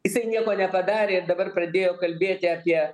jisai nieko nepadarė ir dabar pradėjo kalbėti apie